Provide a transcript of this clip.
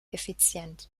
effizient